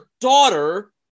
daughter